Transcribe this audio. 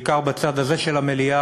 בעיקר בצד הזה של המליאה,